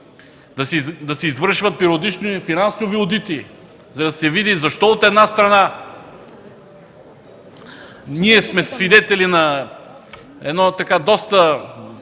да се извършват периодично и финансови одити, за да се види защо, от една страна, ние сме свидетели на едно доста